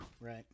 Right